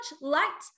light